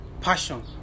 passion